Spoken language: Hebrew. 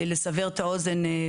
לסבר את האוזן,